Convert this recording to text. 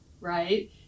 right